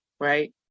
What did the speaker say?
right